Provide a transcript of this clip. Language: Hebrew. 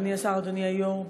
אדוני השר, אדוני היושב-ראש.